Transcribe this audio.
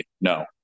no